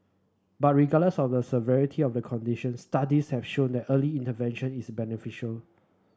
but regardless of the severity of the condition studies have shown that early intervention is beneficial